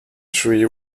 tree